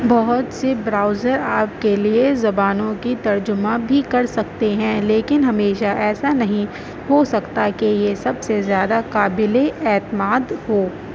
بہت سے براؤزر آپ کے لیے زبانوں کی ترجمہ بھی کر سکتے ہیں لیکن ہمیشہ ایسا نہیں ہو سکتا کہ یہ سب سے زیادہ قابل اعتماد ہو